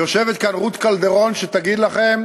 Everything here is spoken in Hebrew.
יושבת כאן רות קלדרון שתגיד לכם